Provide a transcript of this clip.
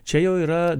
čia jau yra